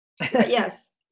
yes